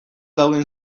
dauden